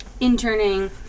interning